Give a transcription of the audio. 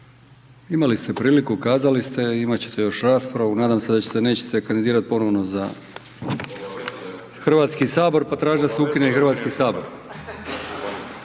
imali ste priliku, kazali ste i imat ćete još raspravu. Nadam se da se nećete ponovno kandidirati za Hrvatski sabor pa tražiti da se ukine i Hrvatski sabor.